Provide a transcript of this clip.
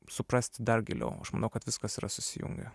suprasti dar giliau aš manau kad viskas yra susijungę